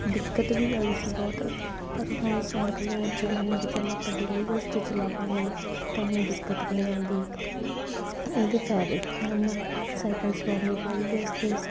ਦਿੱਕਤ ਵੀ ਆਈ ਸੀ ਬਹੁਤ ਪਰ ਹੁਣ ਸਾਈਕਲ ਜੇ ਮੰਨ ਕੇ ਚੱਲੋ ਆਪਾਂ ਡੇਲੀ ਬੇਸ 'ਤੇ ਚਲਾਵਾਂਗੇ ਤਾਂ ਇੰਨੀ ਦਿੱਕਤ ਨਹੀਂ ਆਉਂਦੀ ਇਹਦੇ ਫਾਇਦੇ ਵੀ ਹਨ ਸਾਈਕਲ ਚਲਾਉਣ ਦੇ ਡੇਲੀ ਬੇਸ 'ਤੇ